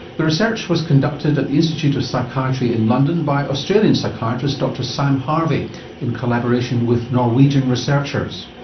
the research was conducted at the institute of psychiatry in london by australian psychiatrist dr sam harvey in collaboration with norwegian researchers.